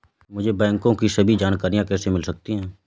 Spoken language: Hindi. मुझे बैंकों की सभी जानकारियाँ कैसे मिल सकती हैं?